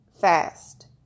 fast